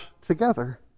together